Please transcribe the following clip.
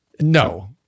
No